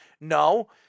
No